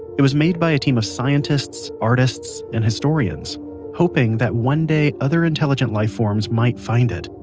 it was made by a team of scientists, artists, and historians hoping that one day other intelligent life forms might find it.